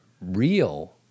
real